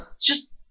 Just-